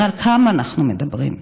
הרי על כמה אנחנו מדברים?